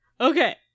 Okay